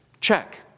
Check